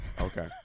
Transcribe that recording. Okay